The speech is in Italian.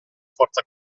forza